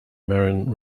marion